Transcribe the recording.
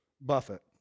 Buffett